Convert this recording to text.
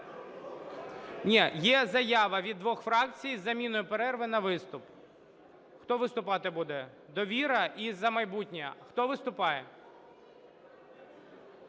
Ні, є заява від двох фракцій з заміною перерви на виступ. Хто виступати буде? "Довіра" і "За майбутнє" – хто виступає?